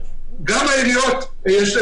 גם העיריות משכירות,